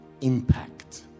impact